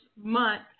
month